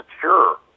sure